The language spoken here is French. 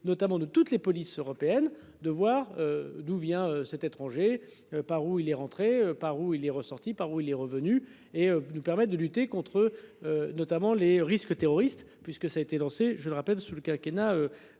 notamment de toutes les polices européennes de voir d'où vient cet étranger par où il est rentré par où il est ressorti par où il est revenu et nous permettent de lutter contre. Notamment les risques terroristes puisque ça a été lancé, je le rappelle, sous le quinquennat.